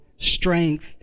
Strength